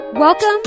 Welcome